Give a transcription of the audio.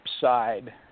side